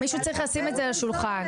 מישהו צריך לשים את זה על השולחן.